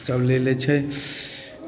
सभ लऽ लै छै